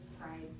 pride